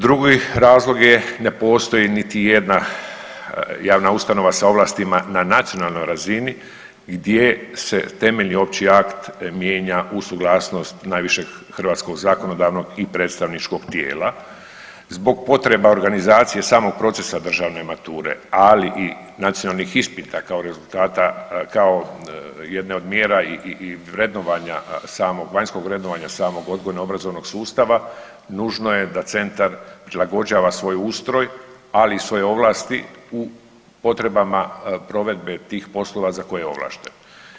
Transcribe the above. Drugi razlog je, ne postoji niti jedna javna ustanova sa ovlastima na nacionalnoj razini gdje se temeljni opći akt mijenja uz suglasnost najvišeg hrvatskog zakonodavnog i predstavničkog tijela zbog potreba organizacije samog procesa državne mature, ali i nacionalnih ispita kao rezultata, kao jedne od mjera i vrednovanja, samog vanjskog vrednovanja samog odgojno obrazovnog sustava nužno je da centar prilagođava svoj ustroj, ali i svoje ovlasti u potrebama provedbe tih poslova za koje je ovlašten.